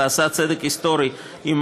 ועשה צדק היסטורי עם